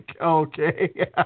Okay